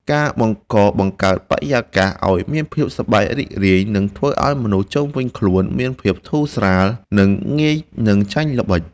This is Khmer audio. ការបង្កបង្កើតបរិយាកាសឱ្យមានភាពសប្បាយរីករាយនឹងធ្វើឱ្យមនុស្សជុំវិញខ្លួនមានភាពធូរស្រាល និង ងាយនឹងចាញ់ល្បិច។